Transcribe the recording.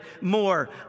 more